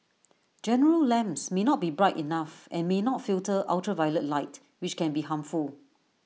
general lamps may not be bright enough and may not filter ultraviolet light which can be harmful